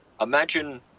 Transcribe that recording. imagine